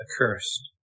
accursed